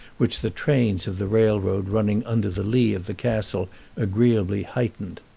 which the trains of the railroad running under the lee of the castle agreeably heightened.